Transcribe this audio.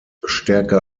stärker